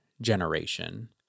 generation